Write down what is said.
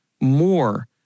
more